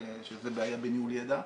שזו בעיה בניהול ידע.